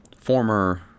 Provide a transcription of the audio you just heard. former